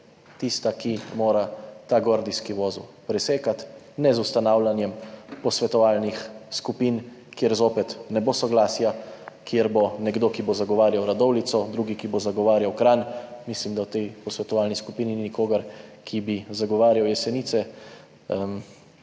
tista, ki mora ta gordijski vozel presekati, ne z ustanavljanjem posvetovalnih skupin, kjer zopet ne bo soglasja, kjer bo nekdo, ki bo zagovarjal Radovljico, drugi, ki bo zagovarjal Kranj, mislim, da v tej posvetovalni skupini ni nikogar, ki bi zagovarjal Jesenice,